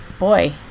boy